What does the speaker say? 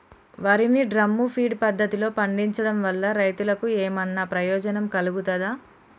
వరి ని drum feed పద్ధతిలో పండించడం వల్ల రైతులకు ఏమన్నా ప్రయోజనం కలుగుతదా?